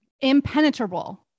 impenetrable